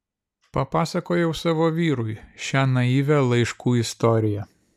papasakojau savo vyrui šią naivią laiškų istoriją